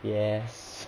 yes